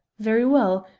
very well!